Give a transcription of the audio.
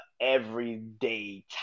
everyday